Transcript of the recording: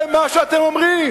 זה מה שאתם אומרים.